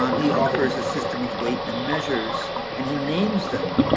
um he offers a system of weight and measures and he names them,